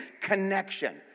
Connection